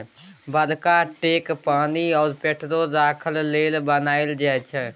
बरका टैंक पानि आ पेट्रोल राखय लेल बनाएल जाई छै